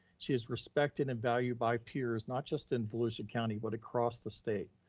she is respected and valued by peers, not just in volusia county, but across the state.